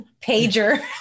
pager